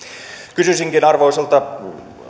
kysyisinkin arvoisalta